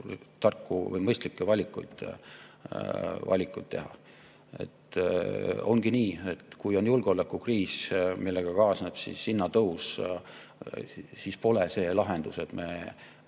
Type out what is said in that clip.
tarku või mõistlikke valikuid teha. Ongi nii, et kui on julgeolekukriis, millega kaasneb hinnatõus, siis pole lahendus see, et me